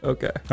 Okay